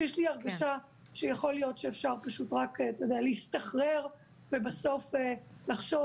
שיש לי הרגשה שיכול להיות שאפשר פשוט להסתחרר ובסוף לחשוב